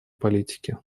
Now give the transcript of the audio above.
политики